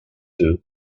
two